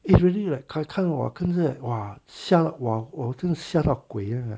it really like 开来看 !wah! 我看这些 </mandarin) !wah! 我真的吓到鬼 ah